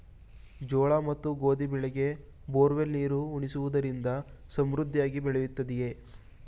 ಜೋಳ ಮತ್ತು ಗೋಧಿ ಬೆಳೆಗೆ ಬೋರ್ವೆಲ್ ನೀರು ಉಣಿಸುವುದರಿಂದ ಸಮೃದ್ಧಿಯಾಗಿ ಬೆಳೆಯುತ್ತದೆಯೇ?